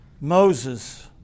Moses